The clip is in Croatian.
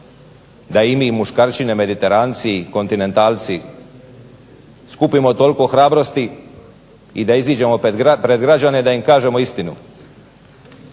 da i mi muškarčine mediteranci, kontinentalci, skupimo toliko hrabrosti i da izađemo pred građane da im kažemo istinu.